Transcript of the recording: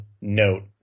note